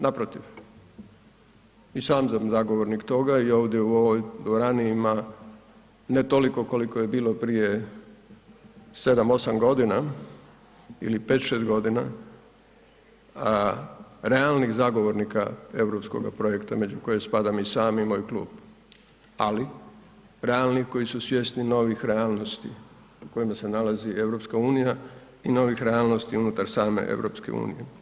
Naprotiv, i sam sam zagovornik toga i ovdje u ovoj dvorani ima, ne toliko koliko je bilo prije 7-8.g. ili 5-6.g. realnih zagovornika Europskoga projekta među koje spadam i sam i moj klub, ali realnih koji su svjesni novih realnosti u kojima se nalazi EU i novih realnosti unutar same EU.